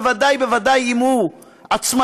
ודאי וודאי אם הוא עצמאי,